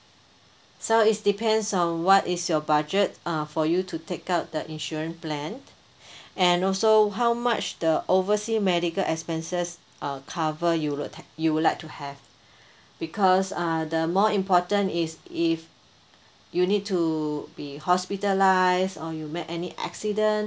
so it depends on what is your budget uh for you to take out the insurance plan and also how much the oversea medical expenses uh cover you would th~ you would like to have because uh the more important is if you need to be hospitalized or you met any accident